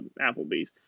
Applebee's